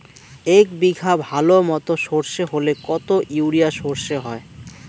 এক বিঘাতে ভালো মতো সর্ষে হলে কত ইউরিয়া সর্ষে হয়?